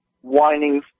whining